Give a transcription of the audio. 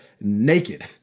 naked